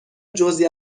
جزعی